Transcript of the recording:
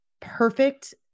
perfect